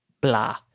blah